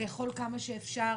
לאכול כמה שאפשר,